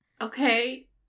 Okay